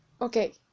okay